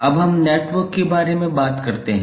अब हम नेटवर्क के बारे में बात करते हैं